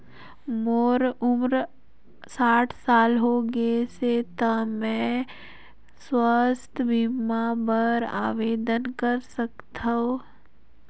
मोर उम्र साठ साल हो गे से त कौन मैं स्वास्थ बीमा बर आवेदन कर सकथव?